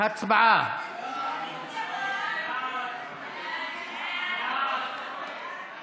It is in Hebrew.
ההצעה להעביר את הצעת חוק הביטוח